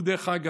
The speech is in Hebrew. הוא, דרך אגב,